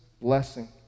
blessing